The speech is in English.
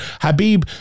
Habib